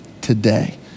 today